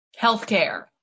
Healthcare